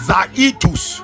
Zaitus